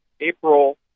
April